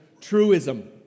truism